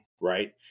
Right